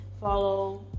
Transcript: Follow